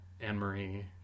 Anne-Marie